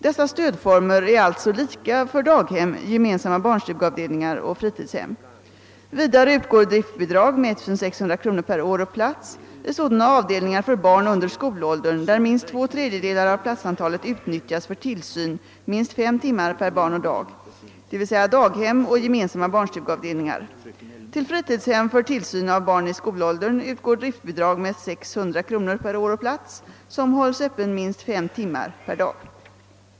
Dessa stödformer är alltså lika för daghem, gemensamma barnstugeavdelningar och fritidshem. Vidare utgår driftbidrag med 1600 kronor per år och plats i sådana avdelningar för barn under skolåldern där minst två tredjedelar av platsantalet utnyttjas för tillsyn minst fem timmar per barn och dag, d.v.s. daghem och gemensamma barnstugeavdelningar. Till fritidshem för tillsyn av barn i skolåldern utgår driftbidrag med 600 kronor per år och plats som hålls öppen minst fem timmar per dag.